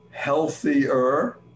Healthier